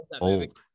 old